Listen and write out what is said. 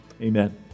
amen